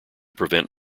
prevent